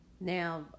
now